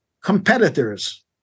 competitors